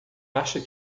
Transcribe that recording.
acha